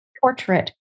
portrait